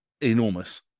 enormous